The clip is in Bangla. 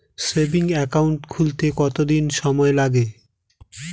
সেভিংস একাউন্ট খুলতে কতদিন সময় লাগে?